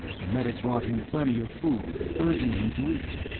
the medic brought him plenty of food, urging him to eat